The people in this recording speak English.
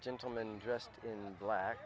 gentleman dressed in black